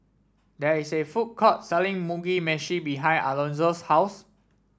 there is a food court selling Mugi Meshi behind Alonzo's house